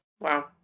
Wow